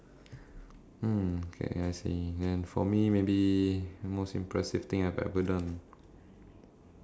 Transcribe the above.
I would say maybe uh along the same line as being represent my country our country